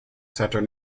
centre